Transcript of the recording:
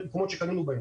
על המקומות בהם קנינו.